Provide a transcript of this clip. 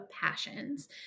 passions